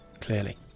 Clearly